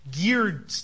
geared